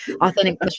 authentic